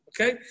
okay